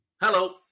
Hello